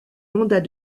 mandats